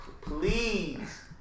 please